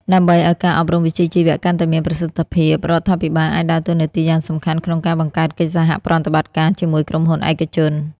ដើម្បីឱ្យការអប់រំវិជ្ជាជីវៈកាន់តែមានប្រសិទ្ធភាព រដ្ឋាភិបាលអាចដើរតួនាទីយ៉ាងសំខាន់ក្នុងការបង្កើតកិច្ចសហប្រតិបត្តិការជាមួយក្រុមហ៊ុនឯកជន។